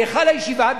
בהיכל הישיבה,